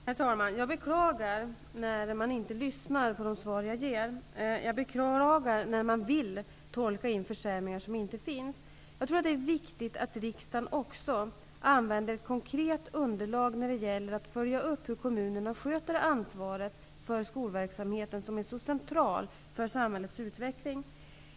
Herr talman! Jag beklagar när man inte lyssnar på de svar som jag ger. Jag beklagar också när man vill tolka in försämringar som inte har skett. Det är också viktigt att riksdagen använder ett konkret underlag när det gäller att följa upp hur kommunerna sköter ansvaret för skolverksamheten, som är så central för samhällets utveckling.